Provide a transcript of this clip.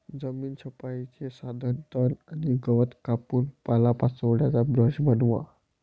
जमीन छपाईचे साधन तण आणि गवत कापून पालापाचोळ्याचा ब्रश बनवा